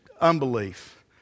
unbelief